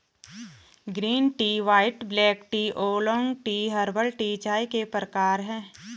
green tea white black tea oolong tea herbal tea चाय के प्रकार है